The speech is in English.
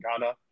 Ghana